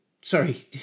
sorry